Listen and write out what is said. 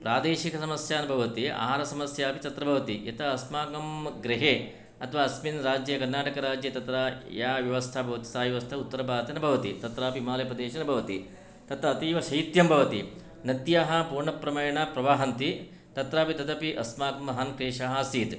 प्रादेशिकसमस्या न भवति आहरसमस्यापि चत्र भवति यथा अस्माकं गृहे अथवा अस्मिन् राज्ये कर्णाटकराज्ये तत्र या व्यवस्था भवति सा व्यवस्था उत्तरभारते न भवति तत्रापि हिमालयप्रदेशे न भवति तत्र अतीवशैत्यं भवति नद्याः पूर्णप्रमेण प्रवहन्ति तत्रापि तदपि अस्माकं महान् क्लेशः आसीत्